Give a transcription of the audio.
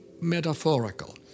metaphorical